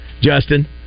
Justin